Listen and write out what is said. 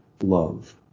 love